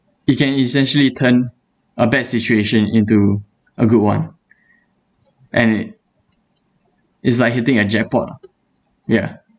it can essentially turn a bad situation into a good one and it's like hitting a jackpot ah ya